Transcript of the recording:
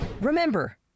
remember